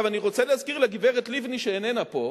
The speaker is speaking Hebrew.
עכשיו, אני רוצה להזכיר לגברת לבני, שאיננה פה,